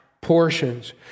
portions